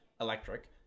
electric